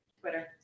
Twitter